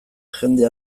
jende